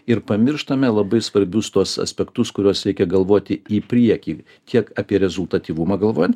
ir pamirštame labai svarbius tuos aspektus kuriuos reikia galvoti į priekį tiek apie rezultatyvumą galvojant